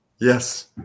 yes